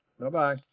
Bye-bye